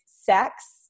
sex